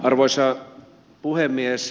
arvoisa puhemies